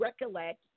recollect